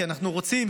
כי אנחנו רוצים.